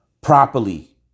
Properly